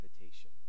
invitation